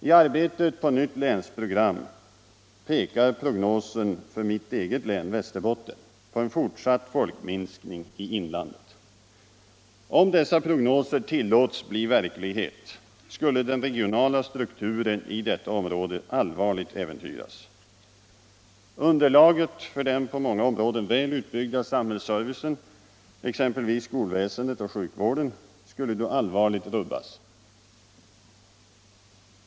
I arbetet med nytt länsprogram pekar prognosen för mitt eget län, Västerbottens län, på en fortsatt folkminskning i inlandet. Om dessa prognoser tillåts bli verklighet skulle den regionala strukturen i detta område allvarligt äventyras. Underlaget för den på många områden väl utbyggda samhällsservicen, exempelvis skolväsendet och sjukvården, skulle då allvarligt rubbas.